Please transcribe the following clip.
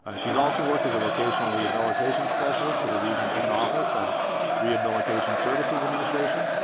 she's also worked as a vocational rehabilitation specialist for the region ten office of rehabilitation services administration,